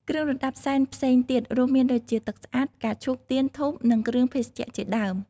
គ្រឿងរណ្តាប់សែនផ្សេងទៀតរួមមានដូចជា ទឹកស្អាត ផ្កាឈូក ទៀន ធូប និងគ្រឿងភេសជ្ជៈជាដើម។